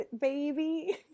baby